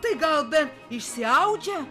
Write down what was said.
tai gal bet įsiaudžia